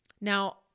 Now